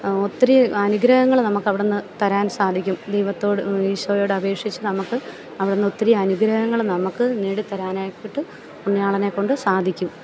ഒത്തിരി അനുഗ്രഹങ്ങൾ നമുക്ക് അവിടെന്ന് തരാൻ സാധിക്കും ദൈവത്തോട് ഈശോയോട് അപേക്ഷിച്ച് നമുക്ക് അവിടെന്ന് ഒത്തിരി അനുഗ്രഹങ്ങൾ നമുക്ക് നേടിത്തരാനായിട്ട് പുണ്യാളനെക്കൊണ്ട് സാധിക്കും